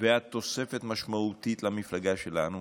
את תוספת משמעותית למפלגה שלנו.